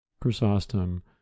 Chrysostom